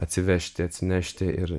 atsivežti atsinešti ir